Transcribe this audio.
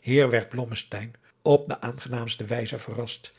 hier werd blommesteyn op de aangenaamste wijze verrast